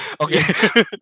Okay